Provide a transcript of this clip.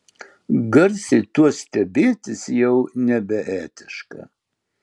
garsiai tuo stebėtis jau nebeetiška